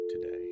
today